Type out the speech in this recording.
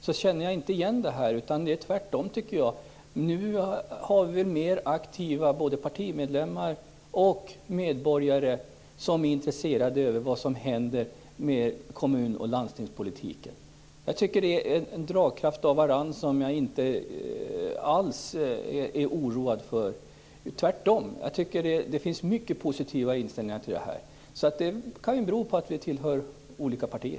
Jag känner inte igen den här bilden utan tycker tvärtom att vi nu har fler aktiva både partimedlemmar och medborgare som är intresserade av vad som händer i kommun och landstingspolitiken. Jag är inte alls oroad när det gäller den politikens dragkraft, tvärtom. Man har en mycket positiv inställning i detta sammanhang. Meningsskillnaderna kan bero på att vi tillhör olika partier.